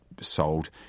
sold